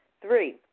Three